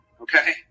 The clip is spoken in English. Okay